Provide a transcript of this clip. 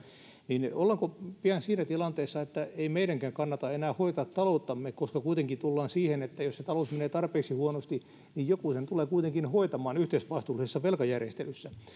niin niin ollaanko pian siinä tilanteessa että ei meidänkään kannata enää hoitaa talouttamme koska tullaan siihen että jos talous menee tarpeeksi huonosti niin joku sen tulee kuitenkin hoitamaan yhteisvastuullisessa velkajärjestelyssä